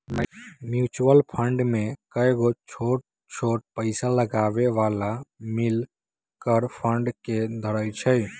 mutual fund में कयगो छोट छोट पइसा लगाबे बला मिल कऽ फंड के धरइ छइ